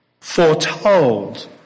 foretold